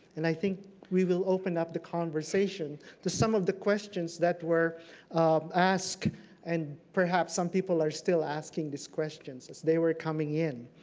and i think we will open up the conversation to some of the questions that were asked and perhaps some people are still asking these questions as they were coming in.